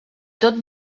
tot